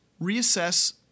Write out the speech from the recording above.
Reassess